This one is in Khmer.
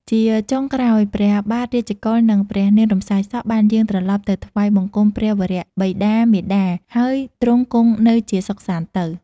ជាចុងក្រោយ ព្រះបាទរាជកុល និងព្រះនាងរំសាយសក់ បានយាងត្រឡប់ទៅថ្វាយបង្គំព្រះវរបិតាមាតា ហើយទ្រង់គង់នៅជាសុខសាន្តតទៅ។